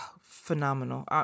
phenomenal